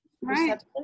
Right